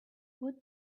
what